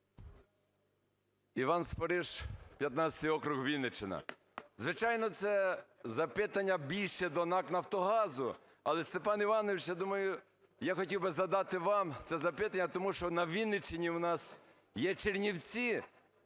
Іван Спориш, 15 округ. Вінниччина. Звичайно, це запитання більше до НАК "Нафтогазу". Але, Степан Іванович, я думаю… я хотів би задавати вам це запитання, тому що на Вінниччині у нас є Чернівці,